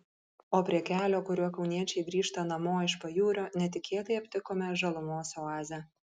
o prie kelio kuriuo kauniečiai grįžta namo iš pajūrio netikėtai aptikome žalumos oazę